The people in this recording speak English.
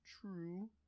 True